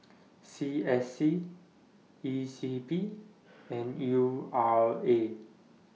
C S C E C P and U R A